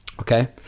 Okay